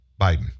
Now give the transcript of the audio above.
biden